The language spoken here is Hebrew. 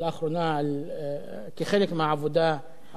כחלק מהעבודה הפרלמנטרית שלי,